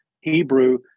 Hebrew